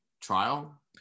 trial